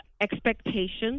expectations